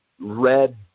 red